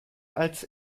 als